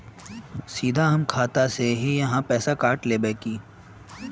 सीधा हमर खाता से ही आहाँ पैसा काट लेबे की?